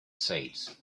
sails